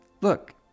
Look